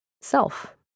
self